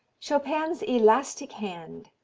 chopin's elastic hand,